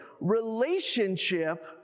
relationship